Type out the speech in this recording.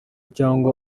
cyangwa